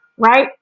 Right